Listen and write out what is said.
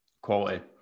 Quality